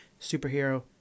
superhero